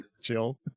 chill